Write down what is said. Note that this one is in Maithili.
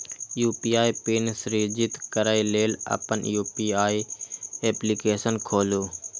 यू.पी.आई पिन सृजित करै लेल अपन यू.पी.आई एप्लीकेशन खोलू